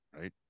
right